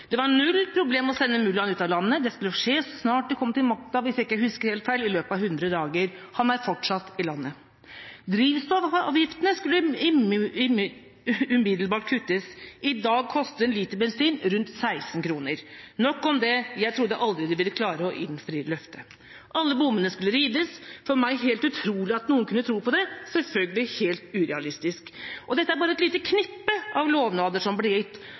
Det var null problem å sende mullaen ut av landet. Det skulle skje så snart de kom til makta, i løpet av hundre dager, hvis jeg ikke husker helt feil. Han er fortsatt i landet. Drivstoffavgiftene skulle umiddelbart kuttes. I dag koster en liter bensin rundt 16 kroner. Nok om det – jeg trodde aldri de ville klare å innfri løftet. Alle bommene skulle rives. For meg var det helt utrolig at noen kunne tro på det – det var selvfølgelig helt urealistisk. Og dette er bare et lite knippe av lovnader som ble gitt,